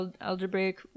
algebraic